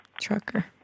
trucker